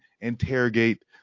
interrogate